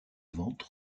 ventes